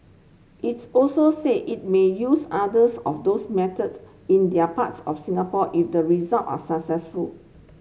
its also say it may use either's of those methods in their parts of Singapore if result are successful